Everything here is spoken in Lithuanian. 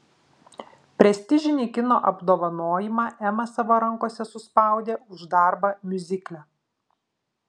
prestižinį kino apdovanojimą ema savo rankose suspaudė už darbą miuzikle